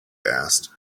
asked